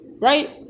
Right